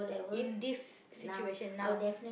in this situation now